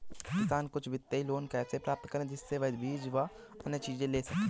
किसान कुछ वित्तीय लोन कैसे प्राप्त करें जिससे वह बीज व अन्य चीज ले सके?